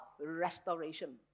restoration